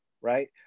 Right